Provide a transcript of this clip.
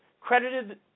credited